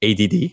ADD